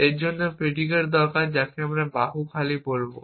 এর জন্য আমার একটি প্রিডিকেট দরকার যাকে আমরা বাহু খালি বলব